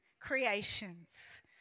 creations